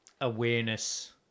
awareness